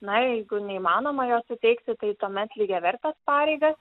na jeigu neįmanoma jos suteikti tai tuomet lygiavertes pareigas